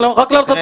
רק לאותה ---,